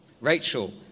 Rachel